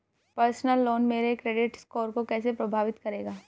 Personal loan मेरे credit score को कैसे प्रभावित करेगा?